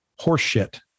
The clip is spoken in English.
Horseshit